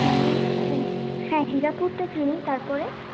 মানে হ্যাঁ হীরাপুরটা চিনি তারপরে